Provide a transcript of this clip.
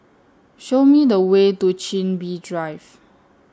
Show Me The Way to Chin Bee Drive